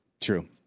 True